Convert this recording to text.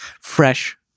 fresh